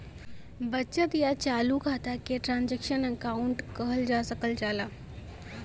बचत या चालू खाता के ट्रांसक्शनल अकाउंट कहल जा सकल जाला